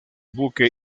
buque